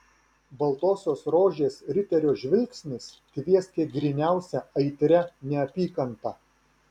baltosios rožės riterio žvilgsnis tvieskė gryniausia aitria neapykanta